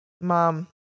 Mom